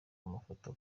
amafoto